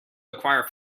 acquire